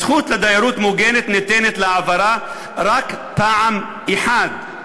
הזכות לדיירות מוגנת ניתנת להעברה רק פעם אחת,